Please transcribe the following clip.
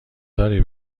داری